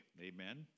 Amen